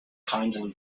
kindly